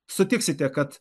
sutiksite kad